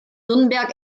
nürnberg